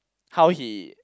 how he